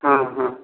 हँ हँ